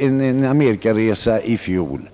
en amerikaresa i fjol.